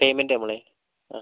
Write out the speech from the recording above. payment നമ്മളെ ആ